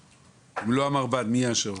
לא המרב"ד מי יאשר אותו?